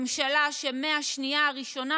ממשלה שמהשנייה הראשונה,